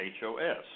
HOS